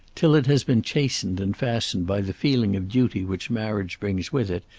till it has been chastened and fastened by the feeling of duty which marriage brings with it,